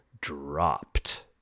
dropped